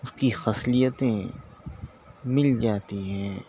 اس کی خصلیتیں مل جاتی ہیں